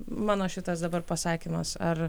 mano šitas dabar pasakymas ar